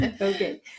Okay